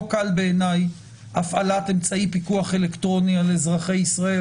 לא קל בעיניי הפעלת אמצעי פיקוח אלקטרוני על אזרחי ישראל,